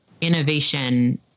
innovation